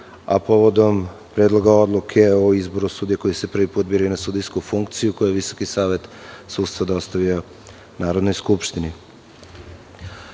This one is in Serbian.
a povodom Predloga odluke o izboru sudija koji se prvi put biraju na sudijsku funkciju, koju je Visoki savet sudstva dostavio Narodnoj skupštini. Prvo,